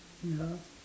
ya